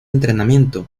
entrenamiento